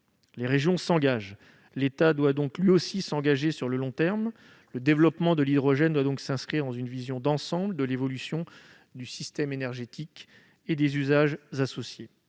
les régions s'engagent, l'État doit lui aussi le faire à long terme. Le développement de l'hydrogène doit s'inscrire dans une vision d'ensemble de l'évolution du système énergétique et des usages associés.